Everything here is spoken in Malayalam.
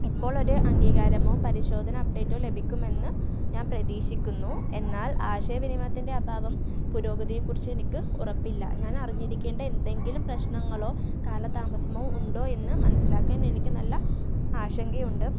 ഇപ്പോഴൊരു അംഗീകാരമോ പരിശോധന അപ്ഡേറ്റോ ലഭിക്കുമെന്ന് ഞാൻ പ്രതീക്ഷിക്കുന്നു എന്നാൽ ആശയ വിനിമയത്തിൻ്റെ അഭാവം പുരോഗതിയെക്കുറിച്ച് എനിക്ക് ഉറപ്പില്ല ഞാൻ അറിഞ്ഞിരിക്കേണ്ട എന്തെങ്കിലും പ്രശ്നങ്ങളോ കാല താമസമോ ഉണ്ടോ എന്നു മനസ്സിലാക്കാൻ എനിക്ക് നല്ല ആശങ്കയുണ്ട്